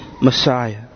Messiah